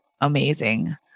amazing